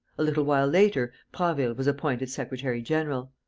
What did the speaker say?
a little while later, prasville was appointed secretary-general.